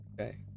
okay